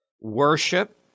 worship